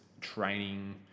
training